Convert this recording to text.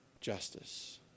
justice